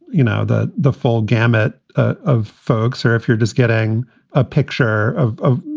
you know, that the full gamut ah of folks or if you're just getting a picture of, ah